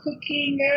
cooking